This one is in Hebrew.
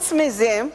חוץ מזה,